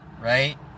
Right